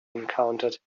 encountered